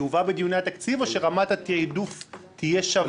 יובא בדיוני התקציב, או שרמת התעדוף תהיה שווה?